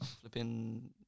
flipping